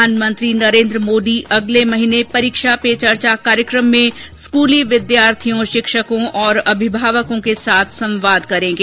प्रधानमंत्री नरेन्द्र मोदी अगले महीने परीक्षा पे चर्चा कार्यक्रम में स्कूली विद्यार्थियों शिक्षकों और अभिभावकों के साथ संवाद करेंगे